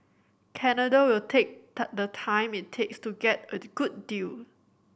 Canada will take the time it takes to get a good deal